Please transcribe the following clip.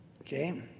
Okay